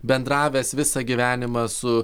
bendravęs visą gyvenimą su